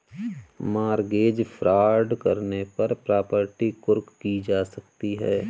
mortgage fraud करने पर property कुर्क की जा सकती है